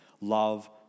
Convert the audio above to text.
love